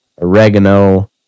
oregano